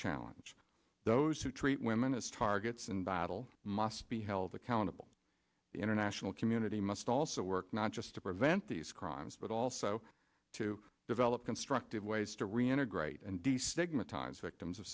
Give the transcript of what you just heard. challenge those who treat women as targets and battle must be held accountable the international community must also work not just to prevent these crimes but also to develop constructive ways to reintegrate and de stigmatise victims of